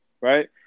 Right